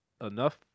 Enough